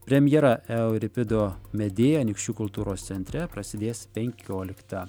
premjera euripido medėja anykščių kultūros centre prasidės penkioliktą